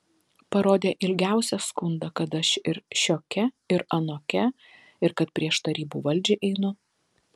parodė ilgiausią skundą kad aš ir šiokia ir anokia ir kad prieš tarybų valdžią einu